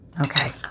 Okay